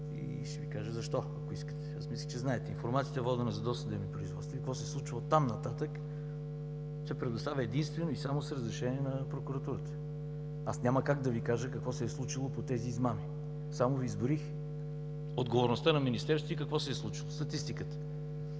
и ще Ви кажа защо, ако искате. Аз мисля, че знаете. Информацията е водена за досъдебни производства и какво се случва от там нататък се предоставя единствено и само с разрешение на прокуратурата. Аз няма как да Ви кажа какво се е случило по тези измами, само изброих отговорността на Министерството и какво се е случило в статистиката.